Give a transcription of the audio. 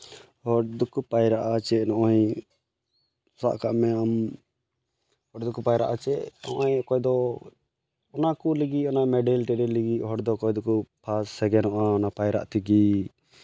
ᱦᱚᱲ ᱫᱚᱠᱚ ᱯᱟᱭᱨᱟᱜᱼᱟ ᱡᱮ ᱱᱚᱜᱼᱚᱸᱭ ᱥᱟᱵ ᱠᱟᱜ ᱢᱮ ᱦᱚᱲ ᱫᱚᱠᱚ ᱯᱟᱭᱨᱟᱜᱼᱟ ᱪᱮᱫ ᱱᱚᱜᱼᱚᱸᱭ ᱚᱠᱚᱭ ᱫᱚ ᱚᱱᱟ ᱠᱚ ᱞᱟᱹᱜᱤᱫ ᱚᱱᱮ ᱢᱮᱰᱮᱞ ᱴᱮᱰᱮᱞ ᱞᱟᱹᱜᱤᱫ ᱦᱚᱲ ᱫᱚ ᱚᱠᱚᱭ ᱫᱚᱠᱚ ᱯᱷᱟᱥᱴ ᱥᱮᱠᱮᱱᱰᱚᱜᱼᱟ ᱯᱟᱭᱨᱟᱜ ᱛᱮᱜᱮ